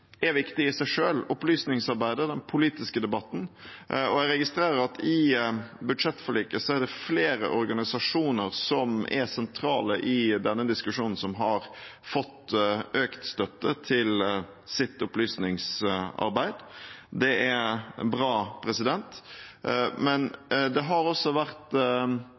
er viktig i seg selv – opplysningsarbeidet og den politiske debatten – og jeg registrerer at i budsjettforliket er det flere organisasjoner som er sentrale i denne diskusjonen, som har fått økt støtte til sitt opplysningsarbeid. Det er bra. Men det har også vært